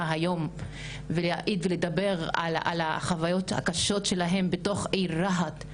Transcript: היום ולהעיד ולדבר על החוויות הקשות שלהן בתוך העיר רהט,